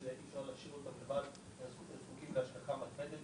שאי אפשר להשאיר אותם לבד והם זקוקים להשגחה מתמדת